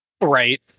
Right